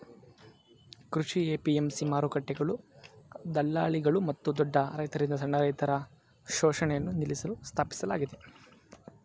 ಕೃಷಿ ಎ.ಪಿ.ಎಂ.ಸಿ ಮಾರುಕಟ್ಟೆಗಳು ದಳ್ಳಾಳಿಗಳು ಮತ್ತು ದೊಡ್ಡ ರೈತರಿಂದ ಸಣ್ಣ ರೈತರ ಶೋಷಣೆಯನ್ನು ನಿಲ್ಲಿಸಲು ಸ್ಥಾಪಿಸಲಾಗಿದೆ